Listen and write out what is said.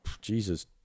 jesus